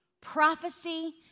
Prophecy